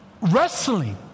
Wrestling